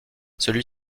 celui